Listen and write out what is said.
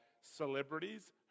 celebrities